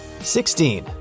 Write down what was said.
16